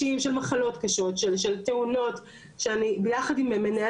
שאני ביחד עם מנהלת תחום פיקדונות או ביחד עם רואה חשבון רועי